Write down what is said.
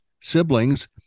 siblings